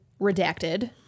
Redacted